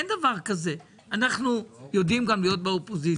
אין דבר כזה, אנחנו יודעים גם להיות באופוזיציה,